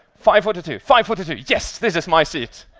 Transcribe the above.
five, forty two, five, forty two. yes, this is my seat,